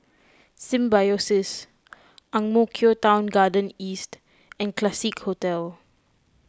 Symbiosis Ang Mo Kio Town Garden East and Classique Hotel